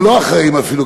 או לא אחראים אפילו,